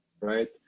Right